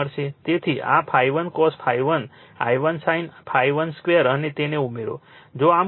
તેથી આ I1 cos ∅1 I1 sin ∅12 અને તેને ઉમેરો જો આમ કરશો તો I1 43